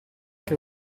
che